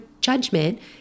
judgment